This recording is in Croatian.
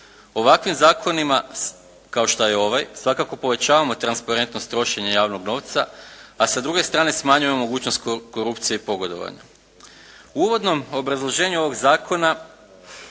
Ovakvim zakonima kao što je ovaj svakako povećavamo transparentnost trošenja javnog novca a sa druge strane smanjujemo mogućnost korupcije i pogodovanja. U uvodnom obrazloženju ovog zakona